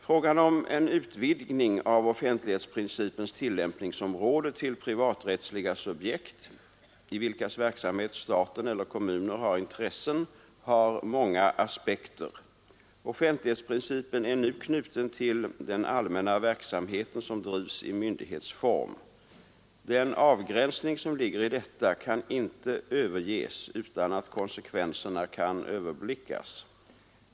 Frågan om en utvidgning av offentlighetsprincipens tillämpningsområde till privaträttsliga subjekt, i vilkas verksamhet staten eller kommuner har intressen, har många aspekter. Offentlighetsprincipen är nu knuten till den allmänna verksamheten som drivs i myndighetsform. Den avgränsning som ligger i detta kan inte överges utan att konsekvenserna kan överblickas.